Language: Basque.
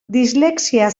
dislexia